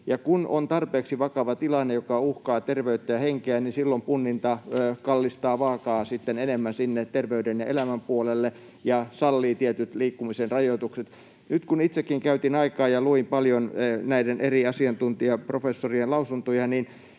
kun on tarpeeksi vakava tilanne, joka uhkaa terveyttä ja henkeä, niin silloin punninta kallistaa vaakaa sitten enemmän sinne terveyden ja elämän puolelle ja sallii tietyt liikkumisen rajoitukset. Itsekin käytin aikaa ja luin paljon näiden eri asiantuntijaprofessorien lausuntoja, ja